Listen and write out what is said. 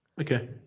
Okay